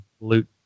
loot